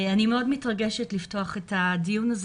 אני מאוד מתרגשת לפתוח את הדיון הזה